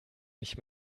nicht